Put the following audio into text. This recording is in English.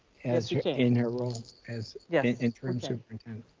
as in her role as yeah interim superintendent.